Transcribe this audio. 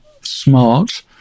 smart